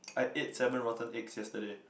I ate seven rotten eggs yesterday